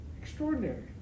extraordinary